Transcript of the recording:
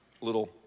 little